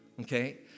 okay